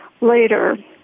later